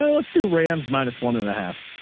so let's do rams minus one and a half.